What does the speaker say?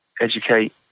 educate